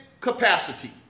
capacity